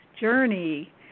journey